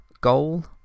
goal